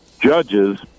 judges